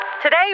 Today